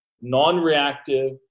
non-reactive